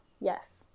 yes